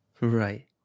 Right